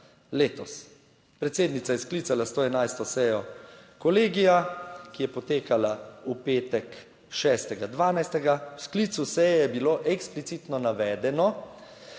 letos. Predsednica je sklicala to 11. sejo kolegija, ki je potekala v petek, 6. 12. V sklicu seje je bilo eksplicitno navedeno,